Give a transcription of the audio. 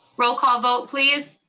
roll call vote please.